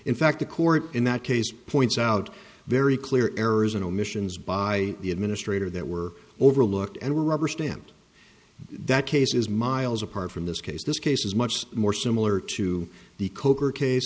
in fact the court in that case points out very clear errors and omissions by the administrator that were overlooked and were rubber stamped that case is miles apart from this case this case is much more similar to the kolker case